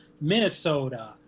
Minnesota